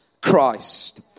Christ